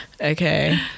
Okay